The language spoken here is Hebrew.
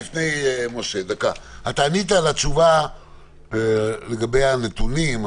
ענית על השאלה לגבי הנתונים.